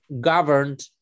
governed